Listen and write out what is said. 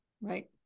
right